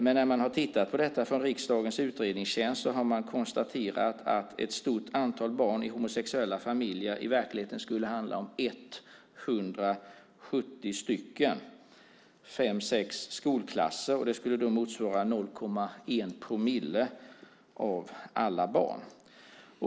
Men när riksdagens utredningstjänst har tittat på detta har man konstaterat att ett stort antal barn i homosexuella familjer i verkligheten skulle handla om 170, fem sex skolklasser. Det skulle motsvara 0,1 promille av alla barn.